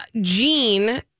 Gene